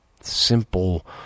Simple